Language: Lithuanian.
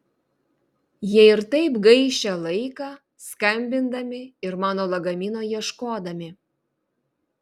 jie ir taip gaišę laiką skambindami ir mano lagamino ieškodami